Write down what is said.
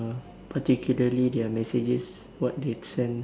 particularly their messages what they send